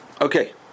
Okay